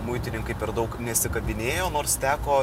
muitininkai per daug nesikabinėjo nors teko